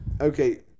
okay